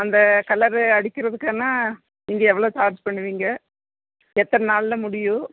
அந்த கலரு அடிக்கிறதுக்கானா இங்கே எவ்வளோ சார்ஜ் பண்ணுவீங்க எத்தனை நாளில் முடியும்